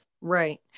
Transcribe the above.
right